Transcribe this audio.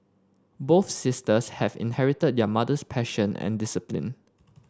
both sisters have inherited their mother's passion and discipline